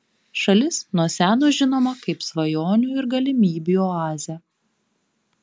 šalis nuo seno žinoma kaip svajonių ir galimybių oazė